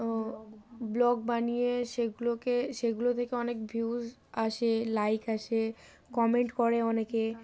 ও blog বানিয়ে সেগুলোকে সেগুলো থেকে অনেক ভিউস আসে লাইক আসে কমেন্ট করে অনেকে